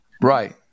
Right